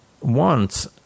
wants